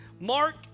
Mark